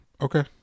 Okay